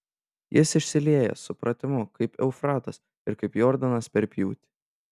jis išsilieja supratimu kaip eufratas ir kaip jordanas per pjūtį